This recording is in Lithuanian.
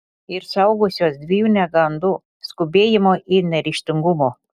ir saugosiuos dviejų negandų skubėjimo ir neryžtingumo